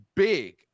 Big